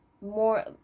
more